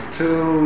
two